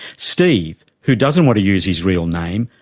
steve, who doesn't want to use his real name,